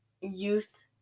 youth